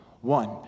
One